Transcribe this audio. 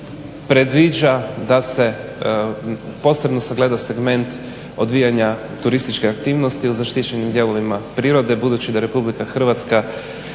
predviđa da se posebno sagleda segment odvijanja turističke aktivnosti u zaštićenim dijelovima prirode budući da Republika Hrvatska